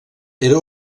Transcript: era